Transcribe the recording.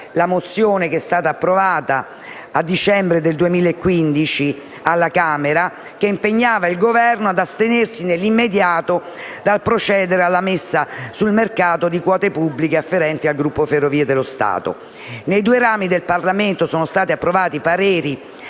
la mozione approvata nel dicembre 2015 alla Camera dei deputati, che impegnava il Governo «ad astenersi nell'immediato dal procedere alla messa sul mercato di quote pubbliche afferenti al gruppo Ferrovie dello Stato italiane S.p.a.». Nei due rami del Parlamento sono stati approvati pareri